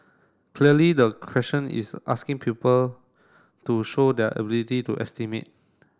clearly the question is asking pupil to show their ability to estimate